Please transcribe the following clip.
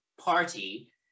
party